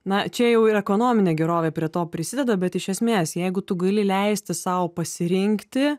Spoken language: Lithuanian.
na čia jau ir ekonominė gerovė prie to prisideda bet iš esmės jeigu tu gali leisti sau pasirinkti